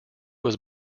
was